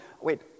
wait